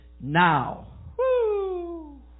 now